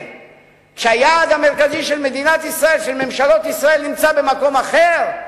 כשהיעד המרכזי של ממשלות ישראל נמצא במקום אחר?